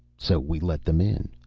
so we let them in.